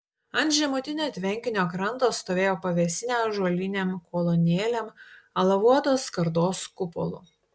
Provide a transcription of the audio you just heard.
ant žemutinio tvenkinio kranto stovėjo pavėsinė ąžuolinėm kolonėlėm alavuotos skardos kupolu